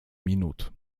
minut